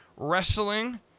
wrestling